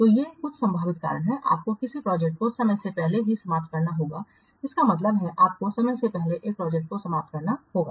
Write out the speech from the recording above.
तो ये कुछ संभावित कारण हैं आपको किसी प्रोजेक्ट को समय से पहले ही समाप्त करना होगा इसका मतलब है आपको समय से पहले एक प्रोजेक्ट को समाप्त करना होगा